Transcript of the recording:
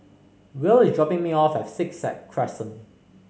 Will is dropping me off at Sixth Sad Crescent